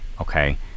Okay